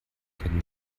können